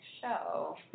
show